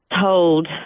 told